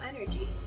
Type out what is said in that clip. energy